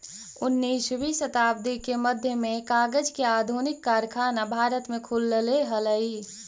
उन्नीसवीं शताब्दी के मध्य में कागज के आधुनिक कारखाना भारत में खुलले हलई